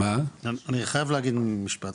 אני חייב להגיד עוד משפט,